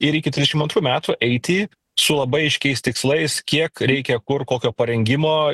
ir iki trisdešim antrų metų eiti su labai aiškiais tikslais kiek reikia kur kokio parengimo